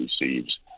receives